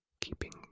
keeping